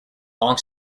long